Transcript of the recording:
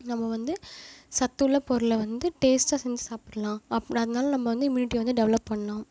நம்ம வந்து சத்துள்ள பொருளை வந்து டேஸ்ட்டாக செஞ்சு சாப்பிட்லாம் அப் அதனால நம்ம வந்து இம்யூனிட்டியை வந்து டெவலப் பண்ணலாம்